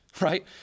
right